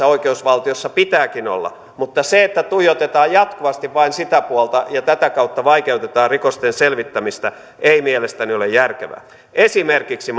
oikeusvaltiossa pitääkin olla mutta se että tuijotetaan jatkuvasti vain sitä puolta ja tätä kautta vaikeutetaan rikosten selvittämistä ei mielestäni ole järkevää esimerkiksi